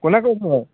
কোনে কৈছে বাৰু